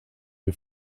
you